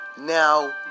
now